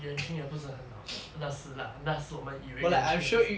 yuan ching 也不是很好那时啦那时我们以为 yuan ching 不是